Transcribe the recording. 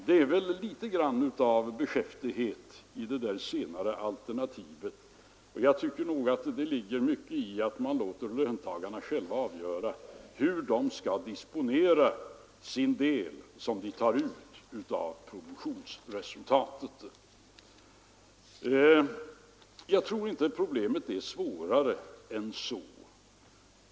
Det är väl litet grand av beskäftighet i det senare alternativet, och jag tycker att det ligger mycket i att man låter löntagarna själva avgöra hur de skall disponera den del som de tar ut av produktionsresultatet. Jag tror inte problemet är svårare än så.